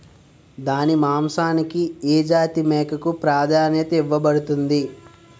దాని మాంసానికి ఏ జాతి మేకకు ప్రాధాన్యత ఇవ్వబడుతుంది?